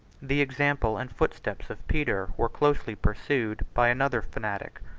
the example and footsteps of peter were closely pursued by another fanatic,